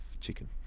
chicken